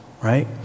right